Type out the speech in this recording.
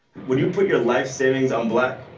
would you put your life savings on black?